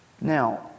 Now